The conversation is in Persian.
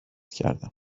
کردم